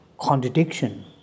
contradiction